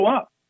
up